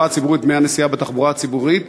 דמי הנסיעה בתחבורה הציבורית.